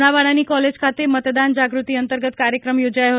લુણાવાડાની college ખાતે મતદાન જાગૃતિ અંતર્ગત કાર્યક્રમ યોજાયો